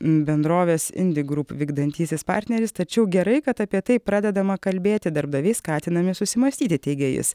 bendrovės indigroup vykdantysis partneris tačiau gerai kad apie tai pradedama kalbėti darbdaviai skatinami susimąstyti teigia jis